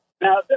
now